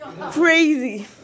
Crazy